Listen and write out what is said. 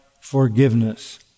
forgiveness